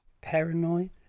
paranoid